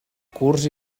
curts